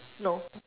no